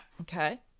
Okay